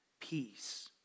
peace